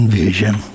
vision